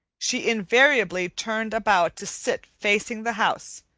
she invariably turned about to sit facing the house,